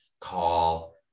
call